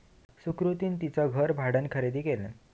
सुकृतीन तिचा घर भाड्यान खरेदी केल्यान